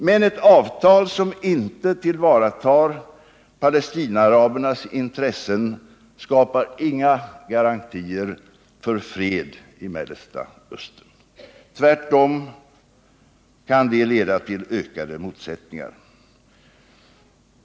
Men ett avtal som inte tillvaratar Palestinaarabernas intressen skapar inga garantier för fred i Mellersta Östern. Tvärtom kan det leda till ökade motsättningar.